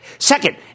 Second